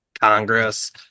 congress